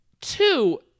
Two